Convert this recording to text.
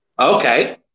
Okay